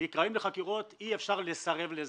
הם נקראות לחקירות אי אפשר לסרב לזה.